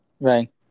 Right